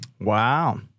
Wow